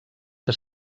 que